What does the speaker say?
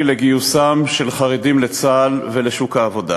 לגיוסם של חרדים לצה"ל ולשוק העבודה